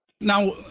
Now